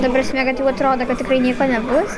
ta prasme kad jau atrodo kad tikrai nieko nebus